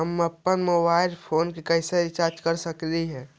हम अप्पन mobile phone के कैसे रिचार्ज कर सकली हे?